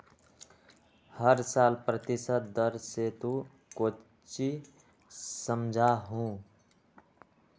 हर साल प्रतिशत दर से तू कौचि समझा हूँ